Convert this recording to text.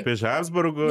iš habsburgo